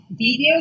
videos